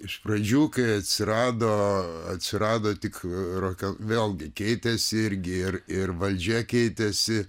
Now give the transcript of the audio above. iš pradžių kai atsirado atsirado tik rokas vėlgi keitėsi irgi ir ir valdžia keitėsi